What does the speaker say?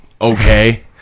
okay